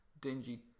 dingy